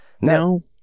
no